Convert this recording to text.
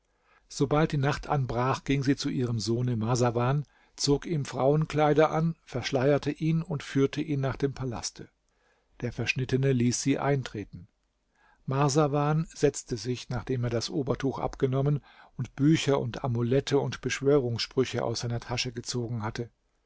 sobald die nacht anbrach ging sie zu ihrem sohne marsawan zog ihm frauenkleider an verschleierte ihn und führte ihn nach dem palaste der verschnittene ließ sie eintreten marsawan setzte sich nachdem er das obertuch abgenommen und bücher und amulette und beschwörungssprüche aus seiner tasche gezogen hatte